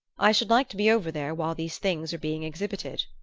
i should like to be over there while these things are being exhibited.